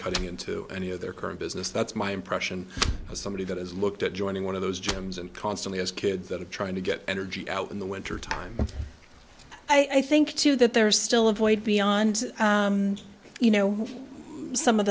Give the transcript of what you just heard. cutting into any of their current business that's my impression of somebody that is looked at joining one of those gyms and constantly as kids that are trying to get energy out in the wintertime i think too that there is still a void beyond you know some of